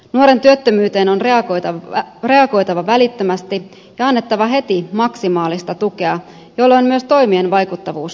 nuoren työttömyyteen on reagoitava välittömästi ja annettava heti maksimaalista tukea jolloin myös toimien vaikuttavuus kasvaa